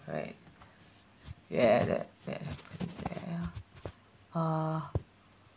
right ya that that happens ya uh